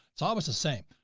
it's always the same.